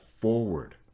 forward